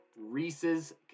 Reese's